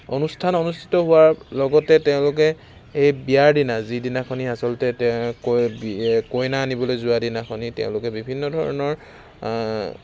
অনুষ্ঠান অনুষ্ঠিত হোৱাৰ লগতে তেওঁলোকে এই বিয়াৰ দিনা যিদিনাখনি আছলতে কইনা আনিবলৈ যোৱা দিনাখনি তেওঁলোকে বিভিন্ন ধৰণৰ